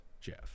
jeff